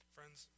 Friends